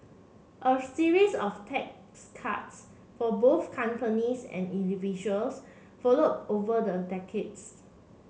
a series of tax cuts for both companies and individuals followed over the decades